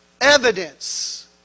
evidence